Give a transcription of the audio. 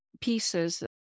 pieces